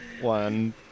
one